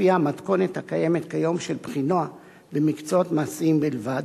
ולפיה המתכונת הקיימת כיום של בחינה במקצועות מעשיים בלבד,